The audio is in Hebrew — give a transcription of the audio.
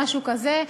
משהו כזה.